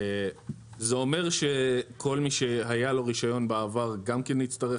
זה אומר שכל מי שהיה לו רישיון בעבר גם כן יצטרך